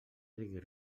diguis